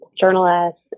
journalists